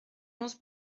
onze